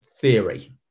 theory